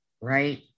right